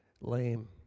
lame